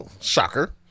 Shocker